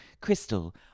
Crystal